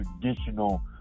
traditional